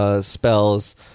spells